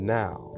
now